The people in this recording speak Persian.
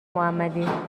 محمدی